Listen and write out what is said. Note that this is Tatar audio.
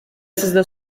сездә